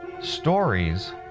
stories